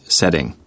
setting